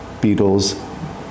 Beatles